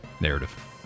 Narrative